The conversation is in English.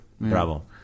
Bravo